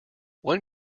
one